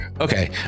okay